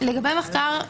לגבי המחקר,